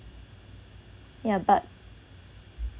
ya but